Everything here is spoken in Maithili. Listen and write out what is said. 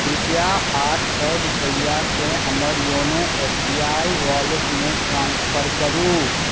कृपआ आठ सए रूपैआ के हमर योनो एस बी आइ वॉलेटमे ट्रान्सफर करू